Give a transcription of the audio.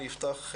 אני אפתח,